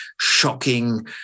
shocking